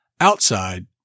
Outside